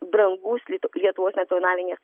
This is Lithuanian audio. brangus lit lietuvos nacionalinės